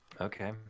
okay